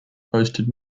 hosted